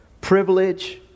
privilege